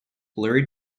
blurry